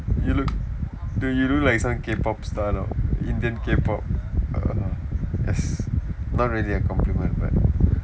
you look dude you look like some K pop star now indian K pop err that's not really a compliment but